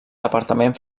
departament